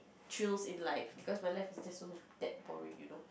thrills in life cause my life is just so that boring you know